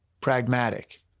pragmatic